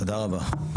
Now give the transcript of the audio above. תודה רבה.